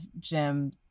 Jim